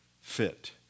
fit